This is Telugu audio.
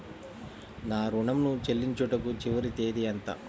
నా ఋణం ను చెల్లించుటకు చివరి తేదీ ఎంత?